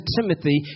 Timothy